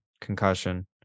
concussion